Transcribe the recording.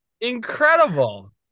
Incredible